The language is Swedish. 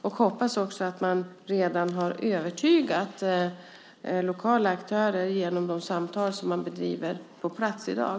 Jag hoppas också att man redan har övertygat lokala aktörer genom de samtal som man bedriver på plats i dag.